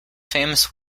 famous